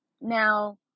Now